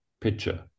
picture